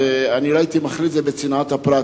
ולא הייתי מכליל את זה בצנעת הפרט.